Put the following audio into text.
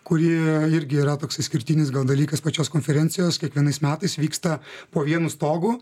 kurioje irgi yra toks išskirtinis dalykas pačios konferencijos kiekvienais metais vyksta po vienu stogu